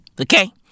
Okay